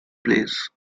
plays